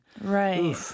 right